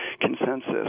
consensus